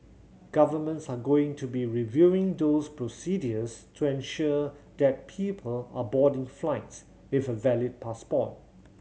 governments are going to be reviewing those procedures to ensure that people are boarding flights with a valid passport